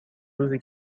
روزی